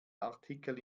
artikel